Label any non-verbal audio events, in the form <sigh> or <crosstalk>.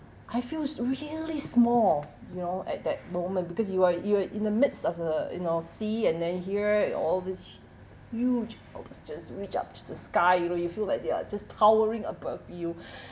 I feel is really small you know at that moment because you are you are in the midst of the you know sea and then here all this huge alps just reach up to the sky you know you feel like they are just towering above you <breath>